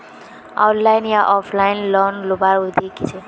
Online या offline loan लुबार विधि की छे?